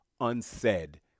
unsaid